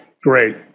great